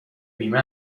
بیمه